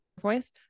voice